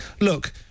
Look